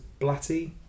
Blatty